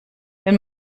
wenn